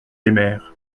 aimèrent